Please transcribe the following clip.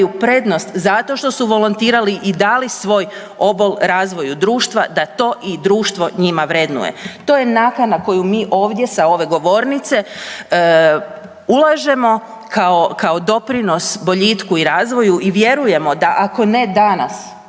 prednost zato što su volontirali i dali svoj obol razvoju društva da to i društvo njima vrednuje. To je naknada koju mi ovdje sa ove govornice ulažemo kao doprinos boljitku i razvoju i vjerujemo da ako ne danas,